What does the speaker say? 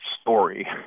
story